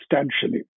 substantially